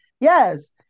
Yes